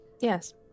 Yes